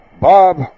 Bob